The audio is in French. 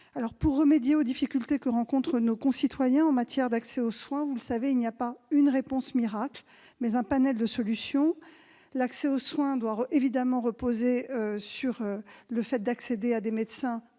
Pour remédier aux difficultés que rencontrent nos concitoyens en matière d'accès aux soins, il n'y a pas une réponse miracle, mais un éventail de solutions. L'accès aux soins doit évidemment reposer sur l'accès à des médecins en ville,